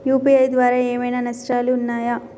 UPI ద్వారా ఏమైనా నష్టాలు ఉన్నయా?